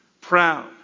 proud